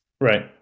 right